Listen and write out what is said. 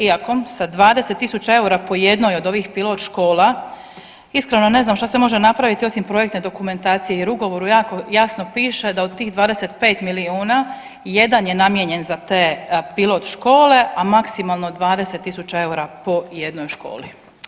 Iako sa 20 000 eura po jednoj od ovih pilot škola iskreno ne znam što se može napraviti osim projektne dokumentacije, jer u ugovoru jasno piše da od tih 25 milijuna jedan je namijenjen za te pilot škole, a maksimalno 20 000 eura po jednoj školi.